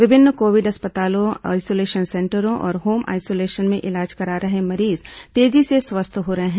विभिन्न कोविड अस्पतालों आइसोलेशन सेंटरों और होम आइसोलेशन में इलाज करा रहे मरीज तेजी से स्वस्थ हो रहे हैं